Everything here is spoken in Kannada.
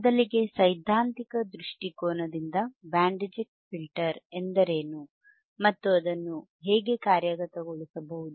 ಮೊದಲಿಗೆ ಸೈದ್ಧಾಂತಿಕ ದೃಷ್ಟಿಕೋನದಿಂದ ಬ್ಯಾಂಡ್ ರಿಜೆಕ್ಟ್ ಫಿಲ್ಟರ್ ಎಂದರೆ ಏನು ಮತ್ತು ಅದನ್ನು ಹೇಗೆ ಕಾರ್ಯಗತಗೊಳಿಸಬಹುದು